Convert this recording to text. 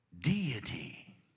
deity